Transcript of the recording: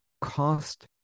cost